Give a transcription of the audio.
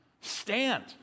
stand